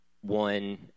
one